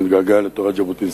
מתגעגע לתורת ז'בוטינסקי.